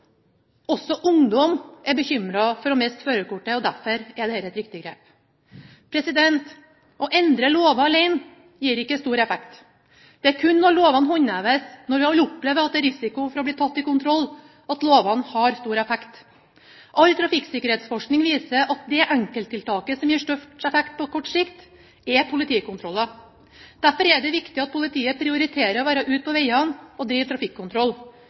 Også ungdom er bekymret for å miste førerkortet, og derfor er dette et viktig grep. Å endre lover alene gir ikke stor effekt. Det er kun når lovene håndheves, når vi alle opplever at det er risiko for å bli tatt i kontroll, at lovene har stor effekt. All trafikksikkerhetsforskning viser at det enkelttiltaket som gir størst effekt på kort sikt, er politikontroller. Derfor er det viktig at politiet prioriterer å være ute på veiene og drive